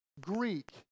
Greek